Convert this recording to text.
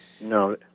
No